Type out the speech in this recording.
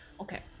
Okay